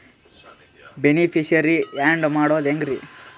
Beneficiary, add ಮಾಡೋದು ಹೆಂಗ್ರಿ?